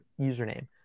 username